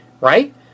right